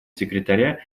секретаря